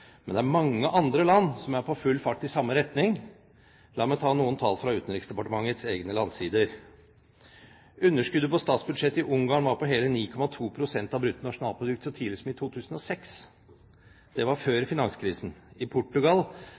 Men det er mange andre land som er på full fart i samme retning. La meg ta noen tall fra Utenriksdepartementets egne landsider: Underskuddet på statsbudsjettet i Ungarn var på hele 9,2 pst. av bruttonasjonalproduktet så tidlig som i 2006. Det var før finanskrisen. I Portugal